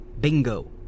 Bingo